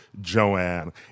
Joanne